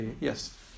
Yes